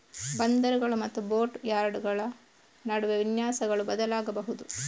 ಬಂದರುಗಳು ಮತ್ತು ಬೋಟ್ ಯಾರ್ಡುಗಳ ನಡುವೆ ವಿನ್ಯಾಸಗಳು ಬದಲಾಗಬಹುದು